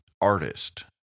artist